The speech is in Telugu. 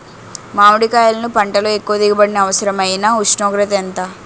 మామిడికాయలును పంటలో ఎక్కువ దిగుబడికి అవసరమైన ఉష్ణోగ్రత ఎంత?